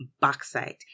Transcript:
bauxite